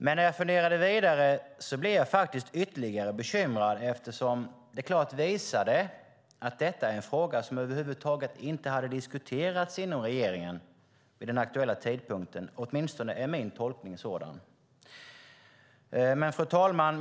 Men när jag funderade vidare blev jag faktiskt ytterligare bekymrad eftersom det klart visade att detta var en fråga som över huvud taget inte hade diskuterats inom regeringen vid den aktuella tidpunkten. Åtminstone är min tolkning sådan. Fru talman!